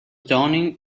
dawning